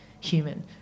human